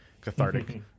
cathartic